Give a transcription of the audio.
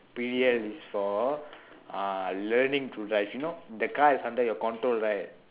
P_D_L is for uh learning to drive you know the car is under your control right